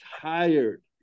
tired